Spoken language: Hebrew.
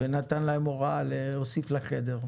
ונתן להם הוראה להוסיף לה חדר,